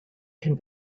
can